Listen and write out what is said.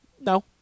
No